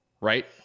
right